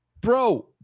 Bro